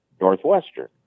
Northwestern